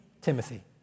Timothy